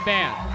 Band